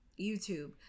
youtube